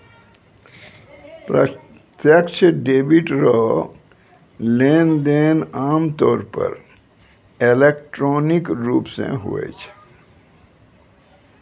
प्रत्यक्ष डेबिट रो लेनदेन आमतौर पर इलेक्ट्रॉनिक रूप से हुवै छै